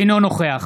אינו נוכח